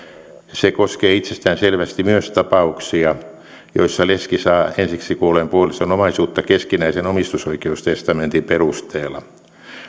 se koskee itsestäänselvästi myös tapauksia joissa leski saa ensiksi kuolleen puolison omaisuutta keskinäisen omistusoikeustestamentin perusteella